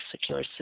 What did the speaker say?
secure